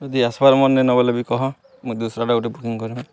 ଯଦି ଆସ୍ବାର୍ ମନ୍ ନିନ ବଲେ ବି କହ ମୁଁ ଦୁସ୍ରାଟା ଗୁଟେ ବୁକିଂ କରୁଚେ